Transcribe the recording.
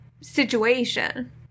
situation